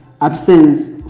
absence